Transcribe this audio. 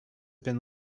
been